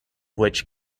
which